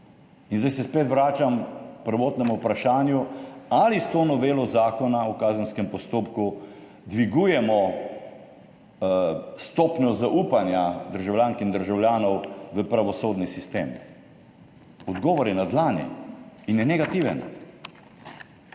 In zdaj se spet vračam k prvotnemu vprašanju, ali s to novelo Zakona o kazenskem postopku dvigujemo stopnjo zaupanja državljank in državljanov v pravosodni sistem. Odgovor je na dlani in je negativen.